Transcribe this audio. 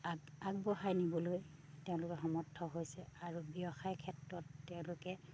আগ আগবঢ়াই নিবলৈ তেওঁলোকে সমৰ্থ হৈছে আৰু ব্যৱসায় ক্ষেত্ৰত তেওঁলোকে